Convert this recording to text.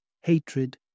hatred